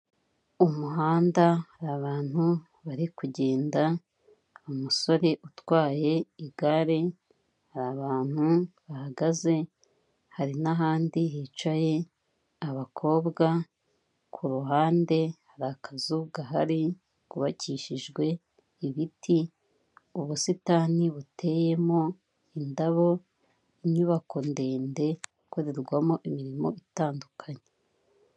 Umuhanda abantu bari kugenda umusore utwaye igare hari abantu bahagaze hari n'ahandi hicaye abakobwa ku hande hari akazu gahari kubakishijwe ibiti, ubusitani buteyemo indabo, inyubako ndende ikorerwamo imirimo itandukanye.